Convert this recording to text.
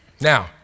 Now